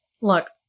Look